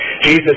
Jesus